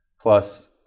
plus